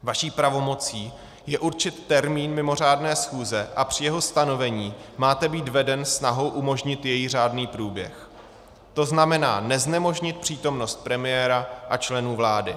Vaší pravomocí je určit termín mimořádné schůze a při jeho stanovení máte být veden snahou umožnit její řádný průběh, to znamená neznemožnit přítomnost premiéra a členů vlády.